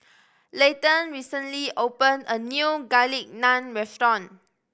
Layton recently opened a new Garlic Naan Restaurant